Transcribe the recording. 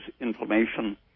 inflammation